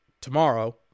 tomorrow